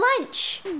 lunch